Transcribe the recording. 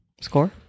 score